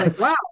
Wow